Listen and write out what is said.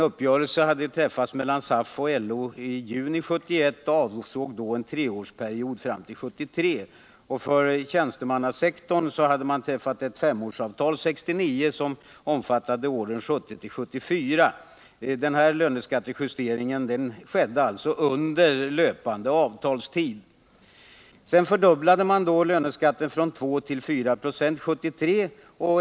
Uppgörelse hade träffats mellan SAF och LO i juni 1971, som avsåg en treårsperiod fram till 1973. För tjänstemannasektorn hade man träffat ett femårsavtal 1969, som omfattade åren 1970-1974. Den här löneskattehöjningen skedde alltså under löpande avtalstid. Sedan fördubblades löneskatten från 2 till 4 ”. år 1973.